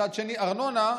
מצד שני, ארנונה,